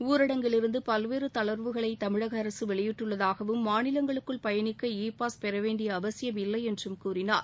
ஊரடங்கிலிருந்து பல்வேறு தளர்வுகளை தமிழக அரசு வெளியிட்டுள்ளதாகவும் மாநிலங்களுக்குள் பயணிக்க இ பாஸ் பெறவேண்டிய அவசியம் இல்லை என்றும் கூறினார்